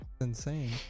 insane